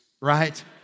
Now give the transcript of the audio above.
right